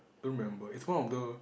don't remember it's one of the